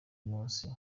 munsi